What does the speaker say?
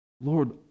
Lord